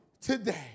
Today